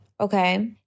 Okay